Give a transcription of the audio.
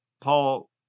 Paul